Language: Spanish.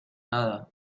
nada